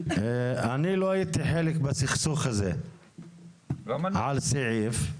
אני לא הייתי חלק בסכסוך הזה על סעיף.